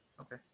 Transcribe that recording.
Okay